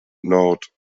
nord